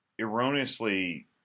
erroneously